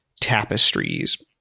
tapestries